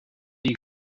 die